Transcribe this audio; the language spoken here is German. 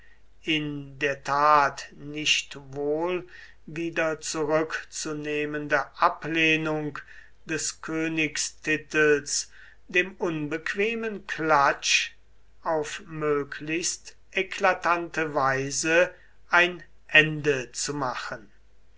in der tat nicht wohl wieder zurückzunehmende ablehnung des königstitels dem unbequemen klatsch auf möglichst eklatante weise ein ende zu machen